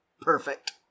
perfect